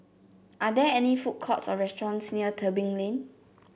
are there any food courts or restaurants near Tebing Lane